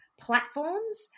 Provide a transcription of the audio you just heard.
platforms